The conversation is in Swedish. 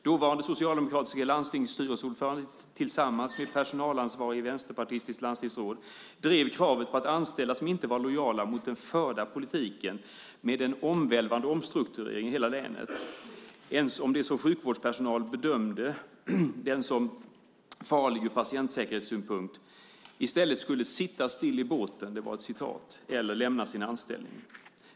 Dåvarande socialdemokratiska landstingsstyrelseordföranden tillsammans med personalansvarigt vänsterpartistiskt landstingsråd drev kravet på att anställda som inte var lojala mot den förda politiken med en omvälvande omstrukturering i hela länet, även om sjukvårdspersonal bedömde den som farlig ur patientsäkerhetssynpunkt, i stället skulle sitta still i båten - så föll orden - eller lämna sin anställning.